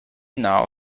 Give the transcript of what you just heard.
now